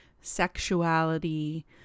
sexuality